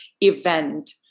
event